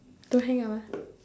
don't hang up ah